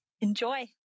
Enjoy